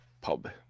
pub